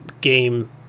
game